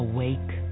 Awake